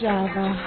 Java